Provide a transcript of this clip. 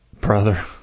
Brother